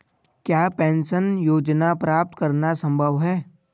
क्या पेंशन योजना प्राप्त करना संभव है?